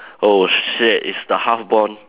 oh shit it's the half born